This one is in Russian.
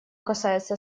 касается